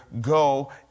go